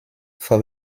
for